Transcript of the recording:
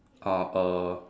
uh a